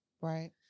Right